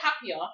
happier